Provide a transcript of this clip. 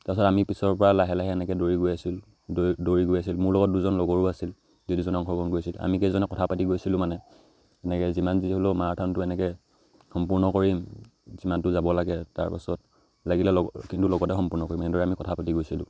তাৰপিছত আমি পিছৰ পৰা লাহে লাহে এনেকৈ দৌৰি গৈ আছিলোঁ দৌৰি দৌৰি গৈ আছিল মোৰ লগত দুজন লগৰো আছিল যি দুজন অংশগ্ৰহণ কৰিছিল আমিকেইজনে কথা পাতি গৈছিলোঁ মানে এনেকৈ যিমান যি হ'লেও মাৰাথানটো এনেকৈ সম্পূৰ্ণ কৰিম যিমানটো যাব লাগে তাৰপাছত লাগিল লগ কিন্তু লগতে সম্পূৰ্ণ কৰিম এনেদৰে আমি কথা পাতি গৈছিলোঁ